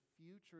future